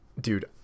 dude